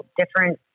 different